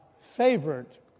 favorite